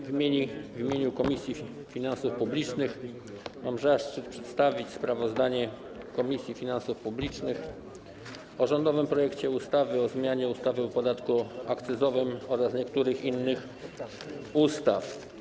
W imieniu Komisji Finansów Publicznych mam zaszczyt przedstawić sprawozdanie Komisji Finansów Publicznych o rządowym projekcie ustawy o zmianie ustawy o podatku akcyzowym oraz niektórych innych ustaw.